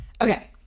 Okay